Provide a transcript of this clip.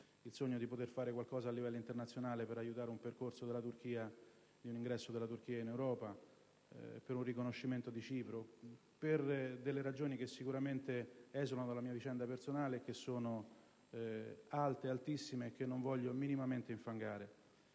il sogno di poter fare qualcosa a livello internazionale, per aiutare l'ingresso della Turchia in Europa, per un riconoscimento di Cipro, per ragioni che sicuramente esulano dalla mia vicenda personale, che sono alte, altissime e che non voglio minimamente infangare.